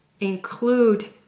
include